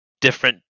different